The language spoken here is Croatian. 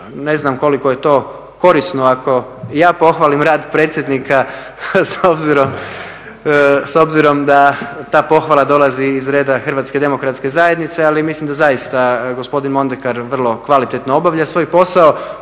ne znam koliko je to korisno ako ja pohvalim rad predsjednika s obzirom da ta pohvala dolazi iz reda HDZ-a ali mislim da zaista gospodin Mondekar vrlo kvalitetno obavlja svoj posao.